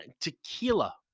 Tequila